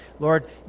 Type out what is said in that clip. Lord